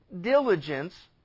diligence